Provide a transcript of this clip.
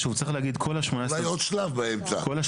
צריך עוד שלב באמצע.